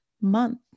month